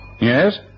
Yes